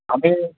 পাবে